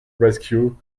rescued